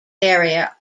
area